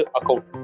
account